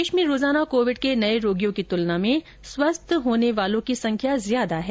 देश में रोजाना कोविड के नए रोगियों की तुलना में स्वस्थ होने वालों की संख्या ज्यादा है